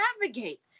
navigate